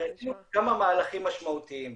כמה מהלכים משמעותיים.